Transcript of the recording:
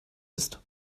ist